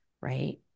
right